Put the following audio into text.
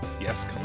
Yes